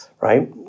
right